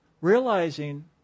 Realizing